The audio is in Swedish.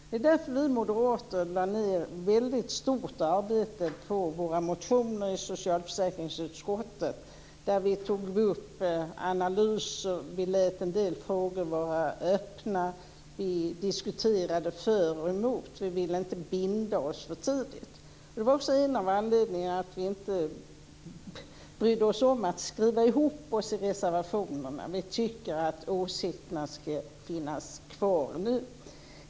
Det var därför vi moderater lade ned ett väldigt stort arbete på våra motioner i socialförsäkringsutskottet, där vi tog upp analyser, lät en del frågor vara öppna och diskuterade för och emot. Vi ville inte binda oss för tidigt. Det var också en av anledningarna till att vi inte brydde oss om att skriva ihop oss i reservationerna. Vi tycker att åsikterna ska finnas kvar.